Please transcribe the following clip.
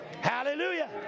Hallelujah